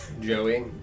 Joey